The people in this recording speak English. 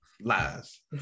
lies